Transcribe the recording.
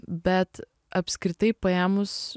bet apskritai paėmus